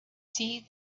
see